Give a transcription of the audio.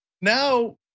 Now